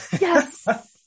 Yes